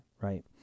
right